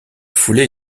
foulée